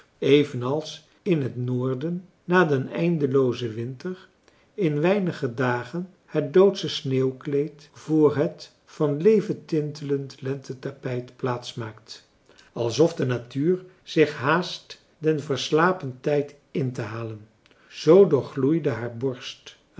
evenals in het noorden na den eindeloozen winter in weinige dagen het doodsche sneeuwkleed voor het van leven tintelend lentetapijt plaatsmaakt alsof de natuur zich haast den verslapen tijd intehalen zoo doorgloeide haar borst